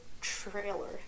Trailer